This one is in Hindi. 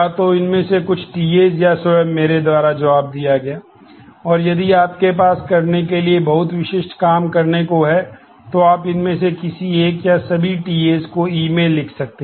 तो यह कोर्स का अवलोकन है